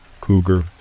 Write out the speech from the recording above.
Cougar